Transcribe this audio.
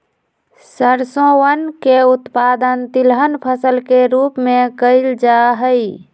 सरसोवन के उत्पादन तिलहन फसल के रूप में कइल जाहई